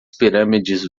pirâmides